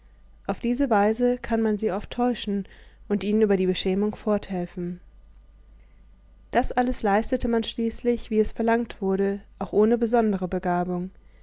auf diese weise kann man sie oft täuschen und ihnen über die beschämung forthelfen das alles leistete man schließlich wie es verlangt wurde auch ohne besondere begabung